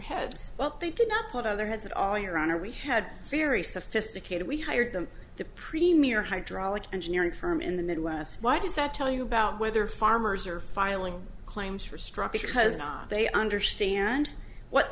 heads well they did not put out their heads at all your honor we had very sophisticated we hired them the premier hydraulic engineering firm in the midwest why does that tell you about whether farmers are filing claims for structure because they understand what